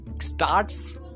starts